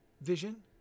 vision